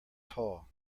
tall